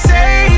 Say